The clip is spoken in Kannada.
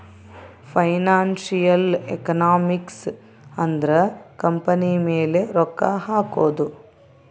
ಫೈನಾನ್ಸಿಯಲ್ ಎಕನಾಮಿಕ್ಸ್ ಅಂದ್ರ ಕಂಪನಿ ಮೇಲೆ ರೊಕ್ಕ ಹಕೋದು